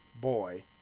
boy